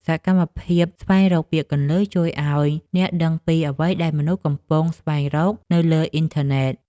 សកម្មភាពស្វែងរកពាក្យគន្លឹះ ជួយឱ្យអ្នកដឹងពីអ្វីដែលមនុស្សកំពុងស្វែងរកនៅលើអ៊ីនធឺណិត។